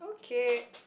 K